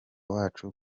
wacu